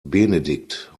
benedikt